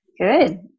Good